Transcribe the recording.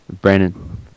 brandon